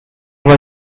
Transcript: hour